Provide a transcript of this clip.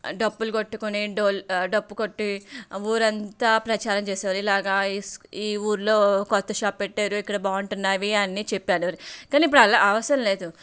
డప్పులు కొట్టుకొని డోలు డప్పు కొట్టి ఊరంతా ప్రచారం చేసేవారు ఇలాగా ఈ ఊర్లో క్రొత్త షాప్ పెట్టారు ఇక్కడ బాగుంటున్నాయి అని చెప్పారు కానీ ఇప్పుడు అలా అవసరం లేదు